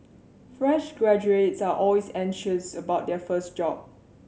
fresh graduates are always anxious about their first job